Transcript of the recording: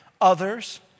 others